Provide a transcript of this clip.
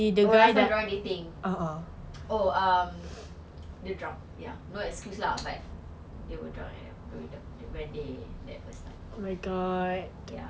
oh asal dia orang dating oh um dia drunk ya no excuse lah but they were drunk doing the when they do first time